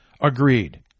agreed